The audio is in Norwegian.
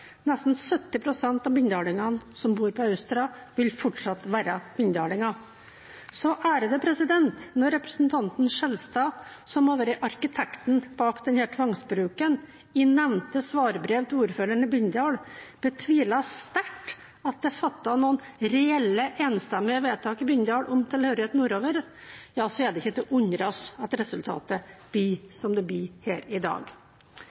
Nesten 70 pst. av bindalingene som bor på Austra, vil fortsatt være bindalinger. Så når representanten Skjelstad, som har vært arkitekten bak denne tvangsbruken, i nevnte svarbrev til ordføreren i Bindal betviler sterkt at det er fattet noen reelle enstemmige vedtak i Bindal om tilhørighet nordover, er det ikke til å undres over at resultatet blir som det blir her i dag.